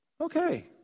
Okay